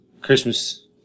Christmas